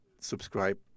subscribe